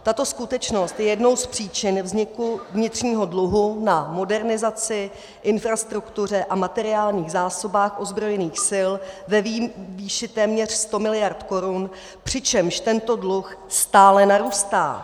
Tato skutečnost je jednou z příčin vzniku vnitřního dluhu na modernizaci, infrastruktuře a materiálních zásobách ozbrojených sil ve výši téměř 100 mld. korun, přičemž tento dluh stále narůstá.